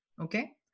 okay